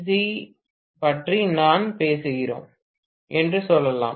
C பற்றி தான் பேசுகிறோம் என்று சொல்லலாம்